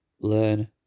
learn